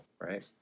right